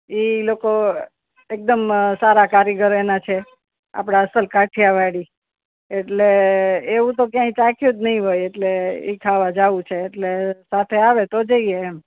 એ લોકો એકદમ સારા કારીગર એના છે આપણા અસલ કાઠિયાવાડી એટલે એવું તો ક્યાંય ચાખ્યું જ નહીં હોય એટલે એ ખાવા જાવું છે એટલે સાથે આવે તો જઈએ એમ